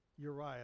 Uriah